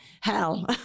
hell